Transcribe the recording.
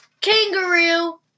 Kangaroo